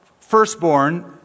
firstborn